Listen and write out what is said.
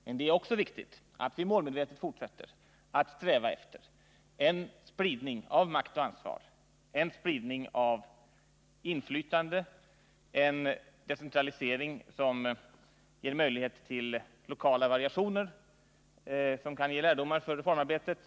Men det är också viktigt att vi målmedvetet fortsätter att sträva efter en spridning av makt och ansvar, en spridning av inflytande, en decentralisering som ger möjlighet till lokala variationer, vilka kan ge lärdomar för reformarbetet.